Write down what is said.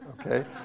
okay